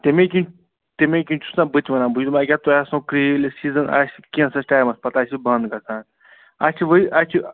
تَمے کِنۍ تَمے کِنۍ چھُس نَہ بہٕ تہِ ونان بہٕ چھُس دپان أکیٛاہ تۄہہِ آسنو سیٖزَن آسہِ کینٛژھس ٹایمَس پَتہٕ آسہِ سُہ بنٛد گژھان اسہِ چھِ اَسہِ چھِ